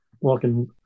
walking